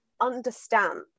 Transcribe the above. understand